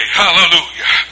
hallelujah